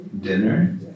dinner